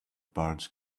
birds